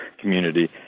community